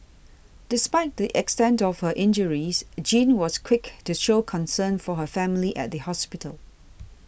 despite the extent of her injures Jean was quick to show concern for her family at the hospital